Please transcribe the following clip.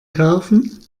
kaufen